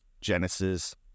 genesis